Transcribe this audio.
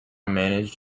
managed